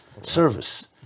Service